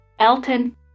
Elton